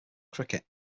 cricket